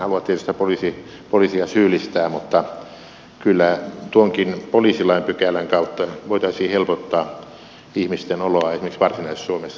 en halua tietysti poliisia syyllistää mutta kyllä tuon poliisilainkin pykälän kautta voitaisiin helpottaa ihmisten oloa esimerkiksi varsinais suomessa